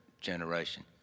generation